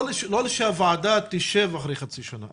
לא שהוועדה תשב אחרי חצי שנה.